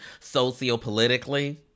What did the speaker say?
sociopolitically